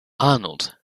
arnold